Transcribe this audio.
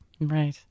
Right